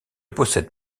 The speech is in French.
possède